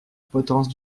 potence